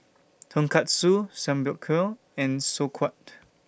Tonkatsu Samgyeopsal and Sauerkraut